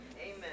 Amen